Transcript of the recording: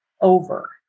over